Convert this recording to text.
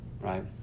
Right